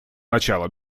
начала